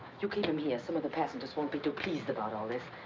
you keep him here. some of the passengers won't be too pleased about all this.